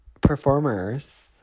performers